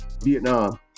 Vietnam